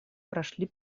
прошли